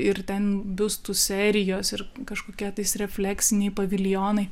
ir ten biustų serijos ir kažkokie tais refleksiniai paviljonai